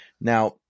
Now